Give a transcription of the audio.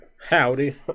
Howdy